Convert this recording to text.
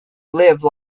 live